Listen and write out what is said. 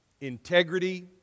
integrity